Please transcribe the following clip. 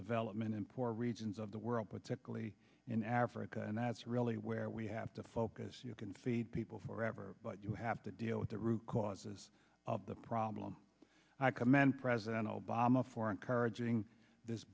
development in poor regions of the world particularly in africa and that's really where we have to focus you can feed people forever but you have to deal with the root causes of the problem i commend president obama for encouraging this